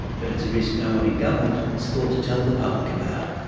but it's a risk no one in government has thought to tell the public about.